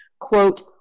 Quote